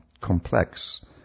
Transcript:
complex